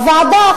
הוועדה,